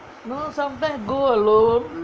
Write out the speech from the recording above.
no sometimes go alone